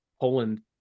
Poland